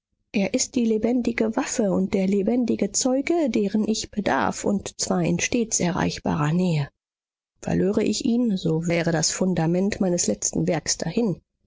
er ist die lebendige waffe und der lebendige zeuge deren ich bedarf und zwar in stets erreichbarer nähe verlöre ich ihn so wäre das fundament meines letzten werks dahin